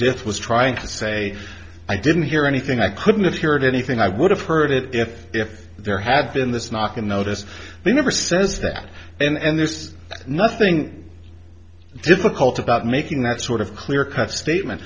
death was trying to say i didn't hear anything i couldn't hear it anything i would have heard it if if there had been this knock on notice he never says that and there's nothing difficult about making that sort of clear cut statement